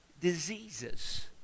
diseases